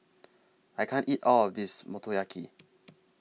I can't eat All of This Motoyaki